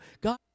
God